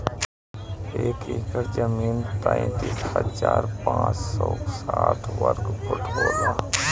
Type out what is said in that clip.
एक एकड़ जमीन तैंतालीस हजार पांच सौ साठ वर्ग फुट होला